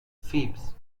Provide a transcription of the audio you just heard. فیبز